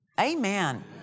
Amen